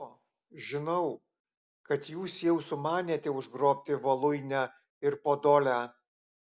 o žinau kad jūs jau sumanėte užgrobti voluinę ir podolę